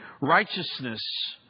Righteousness